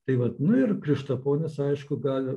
tai vat nu ir krištaponis aišku gali